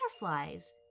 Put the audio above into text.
butterflies